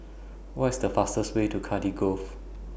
What IS The fastest Way to Cardiff Grove